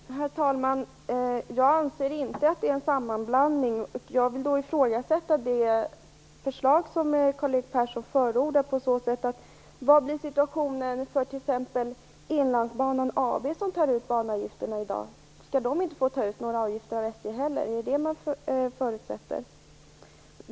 Herr talman! Jag anser inte att det är en sammanblandning. Jag vill ifrågasätta det förslag som Karl Erik Persson förordade. Vad blir situationen för t.ex. Inlandsbanan AB som tar ut avgifter i dag? Skall den inte få ta några avgifter av SJ heller? Är det detta man förutsätter?